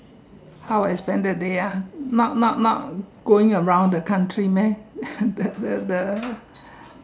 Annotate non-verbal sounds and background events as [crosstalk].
how I spend the day ah not not not going around the country meh [breath] the the the